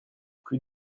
plus